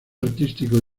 artístico